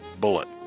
Bullet